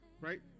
right